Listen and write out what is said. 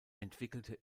entwickelte